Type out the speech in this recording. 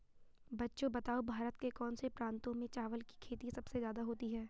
बच्चों बताओ भारत के कौन से प्रांतों में चावल की खेती सबसे ज्यादा होती है?